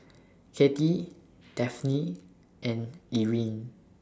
Katy Dafne and Irine